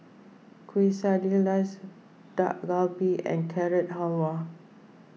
Quesadillas Dak Galbi and Carrot Halwa